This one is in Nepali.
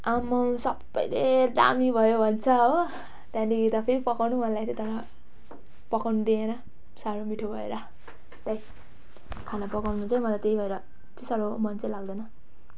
आम्मा हो सबैले दामी भयो भन्छ हो त्यहाँदेखि त फेरि पकाउनु मन लागेको थियो तर पकाउनु दिएन साह्रो मिठो भएर खाना पकाउनु चाहिँ मलाई त्यही भएर त्यति साह्रो मन चाहिँ लाग्दैन